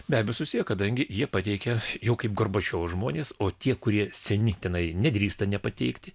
be abejo susiję kadangi jie pateikia jau kaip gorbačiovo žmonės o tie kurie seni tenai nedrįsta nepateikti